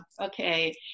okay